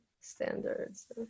standards